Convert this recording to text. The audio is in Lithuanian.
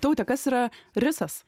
taute kas yra risas